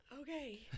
Okay